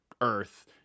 earth